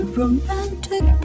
romantic